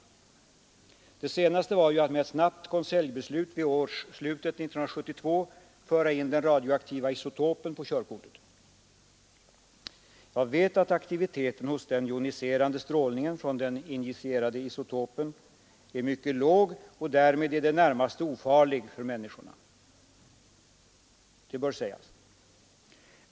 Det senaste var att i ett snabbt konseljbeslut vid årsslutet 1972 föra in den radioaktiva isotopen på körkortet. Jag vet att aktiviteten hos den joniserande strålningen från den injicerade isotopen är mycket låg och därmed i det närmaste ofarlig för människor. Det bör i ärlighetens namn sägas.